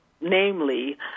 namely